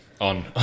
on